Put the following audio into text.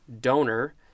donor